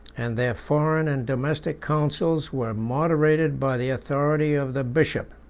and their foreign and domestic counsels were moderated by the authority of the bishop.